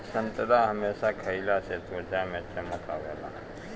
संतरा हमेशा खइला से त्वचा में चमक आवेला